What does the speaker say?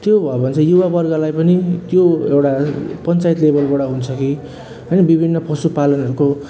त्यो भयो भने चाहिँ युवावर्गलाई पनि त्यो एउटा पञ्चायत लेभलबाट हुन्छ कि होइन विभिन्न पशु पालनहरूको